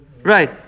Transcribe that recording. Right